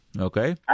Okay